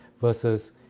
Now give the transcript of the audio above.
versus